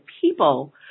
people